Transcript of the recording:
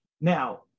Now